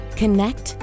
connect